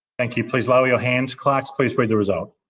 thank you, please lower your hands. clerks please read the result.